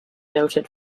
noted